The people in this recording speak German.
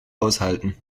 aushalten